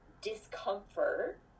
discomfort